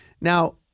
Now